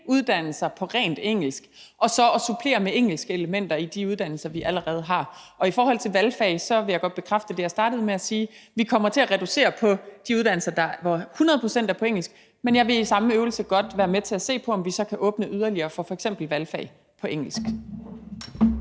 uddannelser på rent engelsk og så at supplere med engelske elementer i de uddannelser, vi allerede har. Og i forhold til valgfag vil jeg godt bekræfte det, jeg startede med at sige, nemlig at vi kommer til at reducere på de uddannelser, som 100 pct. er på engelsk, men jeg vil i samme øvelse godt være med til at se på, om vi så kan åbne yderligere for f.eks. valgfag på engelsk.